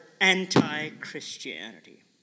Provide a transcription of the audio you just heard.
anti-Christianity